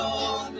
on